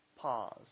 Pause